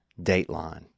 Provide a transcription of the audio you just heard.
Dateline